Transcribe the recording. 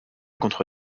contre